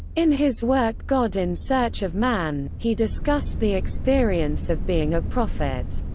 in his work god in search of man, he discussed the experience of being a prophet.